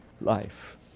life